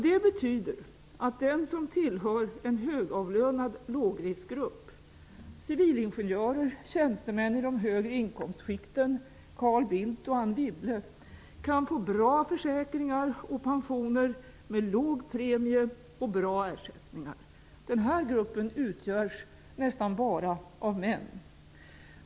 Detta betyder att den som tillhör en högavlönad lågriskgrupp -- civilingenjörer och tjänstemän i de högre inkomstskikten, t.ex. Carl Bildt och Anne Wibble -- kan få bra försäkringar och pensioner med låga premier och bra ersättningar. Den här gruppen utgörs nästan bara av män.